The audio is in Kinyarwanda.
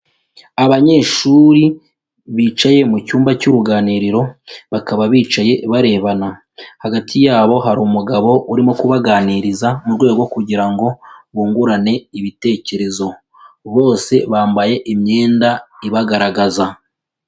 Abanyeshuri bicaye mu cyumba cy'uruganiriro bakaba bicaye barebana, hagati yabo hari umugabo urimo kubaganiriza mu rwego rwo kugira ngo bungurane ibitekerezo, bose bambaye imyenda ibagaragaza.